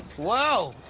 whoa!